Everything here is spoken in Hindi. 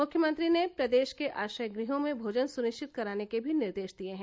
मुख्यमंत्री ने प्रदेश के आश्रय गृहों में भोजन सुनिश्चित कराने के भी निर्देश दिए हैं